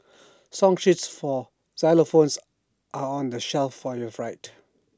song sheets for xylophones are on the shelf for your right